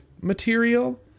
material